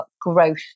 growth